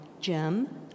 Jim